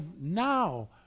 now